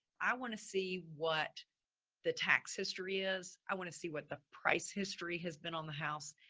i want to see what the tax history is. i want to see what the price history has been on the house.